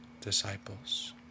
disciples